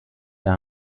der